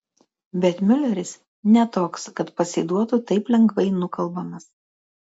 bet miuleris ne toks kad pasiduotų taip lengvai nukalbamas